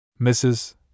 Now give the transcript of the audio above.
Mrs